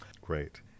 Great